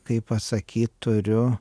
kaip pasakyt turiu